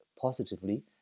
positively